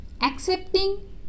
Accepting